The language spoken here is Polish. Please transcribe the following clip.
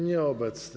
Nieobecny.